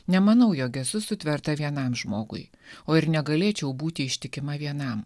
nemanau jog esu sutverta vienam žmogui o ir negalėčiau būti ištikima vienam